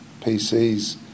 PCs